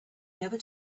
never